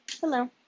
Hello